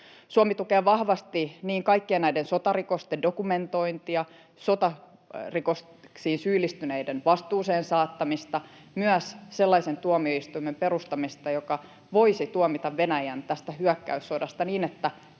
Suomi tukee vahvasti niin kaikkien näiden sotarikosten dokumentointia ja sotarikoksiin syyllistyneiden vastuuseen saattamista kuin sellaisen tuomioistuimen perustamista, joka voisi tuomita Venäjän tästä hyökkäyssodasta, niin että